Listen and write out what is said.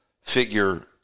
figure